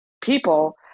people